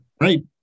right